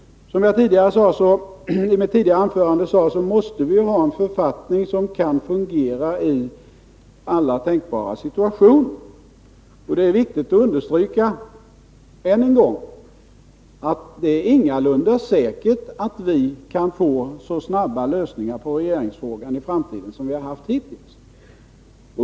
Som jag sade i mitt tidigare anförande måste vi ha en 19 författning som kan fungera i alla tänkbara situationer. Det är viktigt att understryka än en gång att det ingalunda är säkert att vi kan få så snabba lösningar på regeringsfrågan i framtiden som vi har haft hittills.